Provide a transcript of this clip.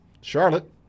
Charlotte